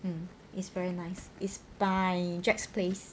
um it's very nice is by jack's place